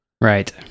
Right